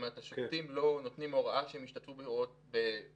השופטים לא נותנים הוראה שהם ישתתפו בתוכניות